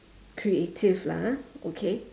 creative lah ah okay